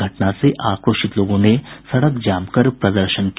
घटना से आक्रोशित लोगों ने सड़क जाम कर प्रदर्शन किया